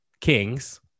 kings